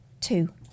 Two